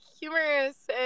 humorous